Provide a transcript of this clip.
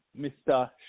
Mr